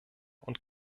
und